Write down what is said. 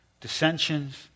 dissensions